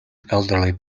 elderly